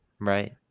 Right